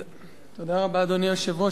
אדוני היושב-ראש,